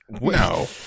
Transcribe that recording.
no